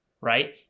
right